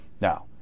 Now